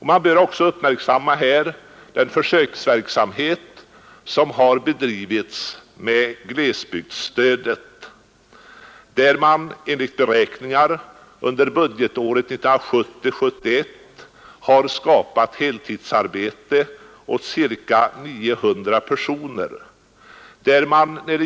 Här bör vi också uppmärksamma den försöksverksamhet som har bedrivits med glesbygdsstödet, där enligt beräkningar under budgetåret 1970/71 heltidsarbete har skapats åt ca 900 personer.